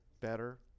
better